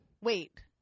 Wait